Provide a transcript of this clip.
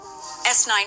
S9